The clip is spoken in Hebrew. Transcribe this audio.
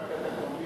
לא.